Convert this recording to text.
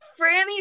Franny